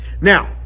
Now